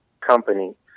company